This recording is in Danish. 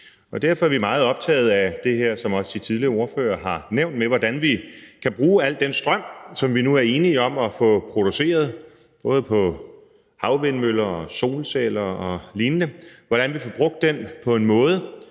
Derfor er vi meget optaget af det her, som også de tidligere ordførere har nævnt, med, hvordan vi kan bruge al den strøm, som vi nu er enige om at få produceret med både havvindmøller og solceller og lignende, på en måde,